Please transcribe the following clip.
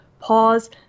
pause